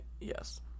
Yes